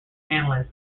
analysts